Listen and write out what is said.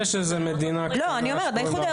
נכון.